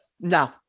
no